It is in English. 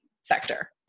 sector